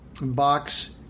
box